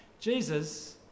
Jesus